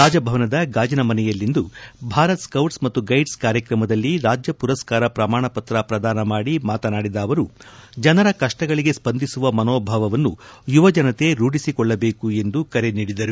ರಾಜಭವನದ ಗಾಜಿನಮನೆಯಲ್ಲಿಂದು ಭಾರತ್ ಸ್ಕೌಟ್ಸ್ ಮತ್ತು ಗೈಡ್ಸ್ ಕಾರ್ಯಕ್ರಮದಲ್ಲಿ ರಾಜ್ಯ ಪುರಸ್ಕಾರ ಪ್ರಮಾಣಪತ್ರ ಪ್ರದಾನ ಮಾಡಿ ಮಾತನಾಡಿದ ಅವರು ಜನರ ಕಷ್ಟಗಳಿಗೆ ಸ್ಪಂದಿಸುವ ಮನೋಭಾವವನ್ನು ಯುವಜನತೆ ರೂಢಿಸಿಕೊಳ್ಳಬೇಕು ಎಂದು ಕರೆ ನೀಡಿದರು